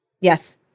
Yes